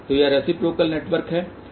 तो यह reciprocal network है